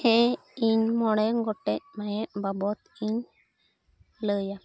ᱦᱮᱸ ᱤᱧ ᱢᱚᱬᱮ ᱜᱚᱴᱮᱡ ᱵᱟᱵᱚᱫ ᱤᱧ ᱞᱟᱹᱭᱟ